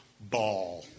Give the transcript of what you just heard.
ball